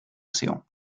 océans